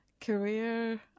career